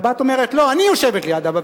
והבת אומרת: לא, אני יושבת ליד אבא.